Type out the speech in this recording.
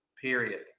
period